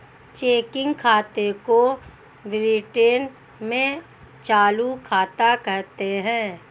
checking खाते को Britain में चालू खाता कहते हैं